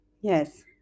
Yes